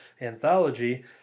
anthology